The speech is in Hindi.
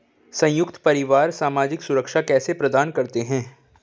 संयुक्त परिवार सामाजिक सुरक्षा कैसे प्रदान करते हैं?